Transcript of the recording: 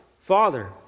Father